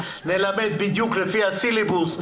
נלמד בדיוק לפי הסילבוס,